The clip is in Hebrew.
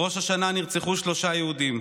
בראש השנה נרצחו שלושה יהודים,